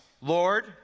Lord